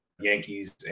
Yankees